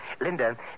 Linda